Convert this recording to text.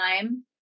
time